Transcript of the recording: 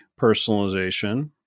personalization